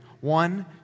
One